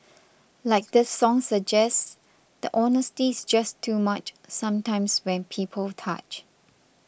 like this song suggests the honesty's just too much sometimes when people touch